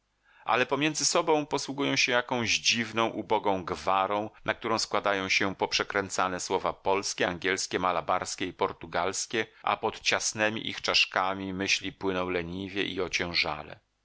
ale pomiędzy sobą posługują się jakąś dziwną ubogą gwarą na którą składają się poprzekręcane słowa polskie angielskie malabarskie i portugalskie a pod ciasnemi ich czaszkami myśli płyną leniwie i ociężale